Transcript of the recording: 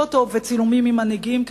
פוטו וצילומים עם מנהיגים,